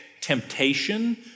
temptation